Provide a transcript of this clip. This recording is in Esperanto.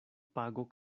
pago